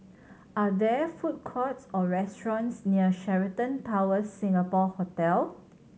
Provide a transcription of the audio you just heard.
are there food courts or restaurants near Sheraton Towers Singapore Hotel